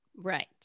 Right